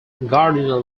gardiner